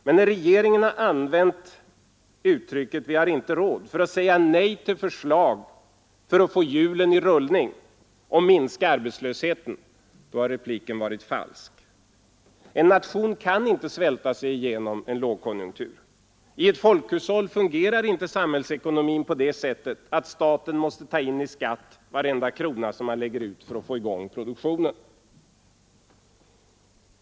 Men när regeringen har använt uttrycket ”vi har inte råd” för att säga nej till förslag för att få hjulen i rullning och minska arbetslösheten, då har repliken varit falsk. En nation kan inte svälta sig igenom en lågkonjunktur. I ett folkhushåll fungerar inte samhällsekonomin på det sättet att staten måste ta in i skatt varenda krona som man lägger ut för att få i gång produktionen.